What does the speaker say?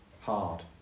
Hard